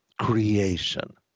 creation